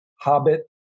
Hobbit